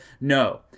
No